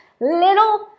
little